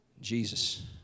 Jesus